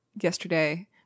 yesterday